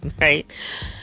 right